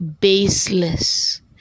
baseless